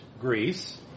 Greece